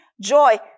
joy